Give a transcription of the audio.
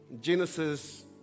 Genesis